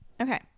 Okay